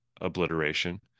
obliteration